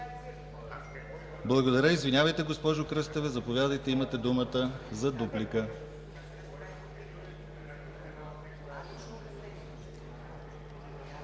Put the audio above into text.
Благодаря. Извинявайте, госпожо Кръстева. Заповядайте, имате думата за дуплика.